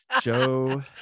Joe